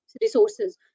resources